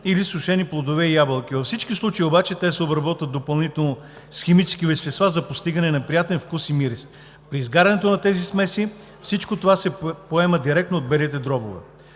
или сушени плодове – ябълки. Във всички случаи обаче те се обработват допълнително с химически вещества за постигане на приятен вкус и мирис. При изгарянето на тези смеси всичко това се поема директно от белите дробове.